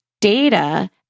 data